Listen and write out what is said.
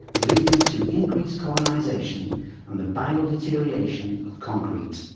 leading to increased colonisation and the biodeterioration of concrete.